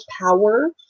power